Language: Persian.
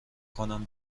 کنم